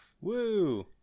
woo